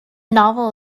novel